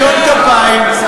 בניקיון כפיים, גם זה לא נכון.